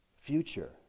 future